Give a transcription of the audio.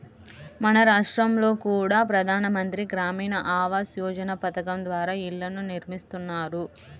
మన రాష్టంలో కూడా ప్రధాన మంత్రి గ్రామీణ ఆవాస్ యోజన పథకం ద్వారా ఇళ్ళను నిర్మిస్తున్నారు